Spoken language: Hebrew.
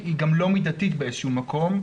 היא גם לא מידתית באיזשהו מקום,